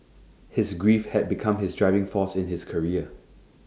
his grief had become his driving force in his career